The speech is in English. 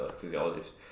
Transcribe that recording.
physiologist